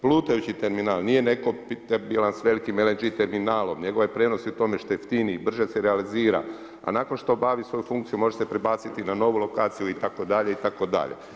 Plutajući terminal nije ne kompatibilan s velikim LNG terminalom, njegova prednost je u tome što je jeftiniji, brže se realizira, a nakon što obavi svoju funkciju može se prebaciti na novu lokaciju itd., itd.